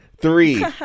three